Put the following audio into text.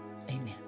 Amen